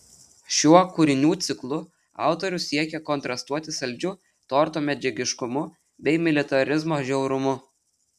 šiuo kūrinių ciklu autorius siekė kontrastuoti saldžiu torto medžiagiškumu bei militarizmo žiaurumu